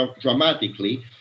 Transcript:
dramatically